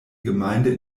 gemeinde